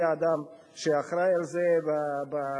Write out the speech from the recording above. יהיה אדם שאחראי לזה בפעילות,